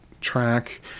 track